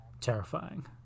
Terrifying